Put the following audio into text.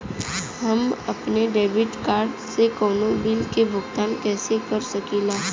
हम अपने debit card से कउनो बिल के भुगतान कइसे कर सकीला?